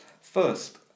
First